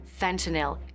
Fentanyl